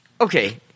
Okay